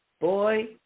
boy